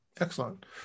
Excellent